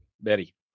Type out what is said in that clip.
Betty